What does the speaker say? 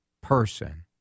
person